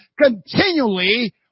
continually